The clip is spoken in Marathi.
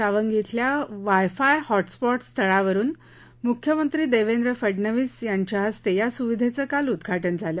सावंगी श्वेल्या वाय फाय हॉटस्पॉट स्थळावरुन मुख्यमंत्री देवेद्र फडनवीस यांचे हस्ते या सुविधेचं काल उद्वाटन झालं